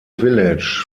village